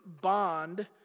bond